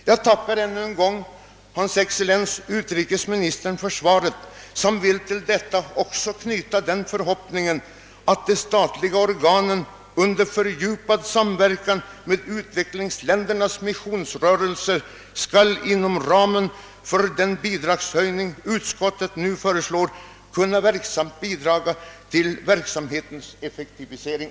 Jag tackar ännu en gång hans excellens utrikesministern för svaret, och jag vill till detta tack också knyta den förhoppningen att de statliga organen i fördjupad samverkan med utvecklings ländernas missionsrörelser skall inom ramen för den bidragshöjning som utskottet nu föreslår kunna verksamt medverka till verksamhetens effektivisering.